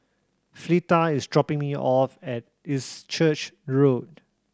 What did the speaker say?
Fleeta is dropping me off at East Church Road